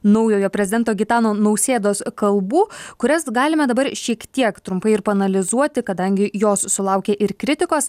naujojo prezidento gitano nausėdos kalbų kurias galime dabar šiek tiek trumpai ir paanalizuoti kadangi jos sulaukė ir kritikos